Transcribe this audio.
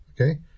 Okay